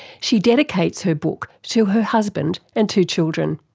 she dedicates her book to her husband and two children.